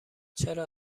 چرا